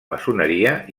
maçoneria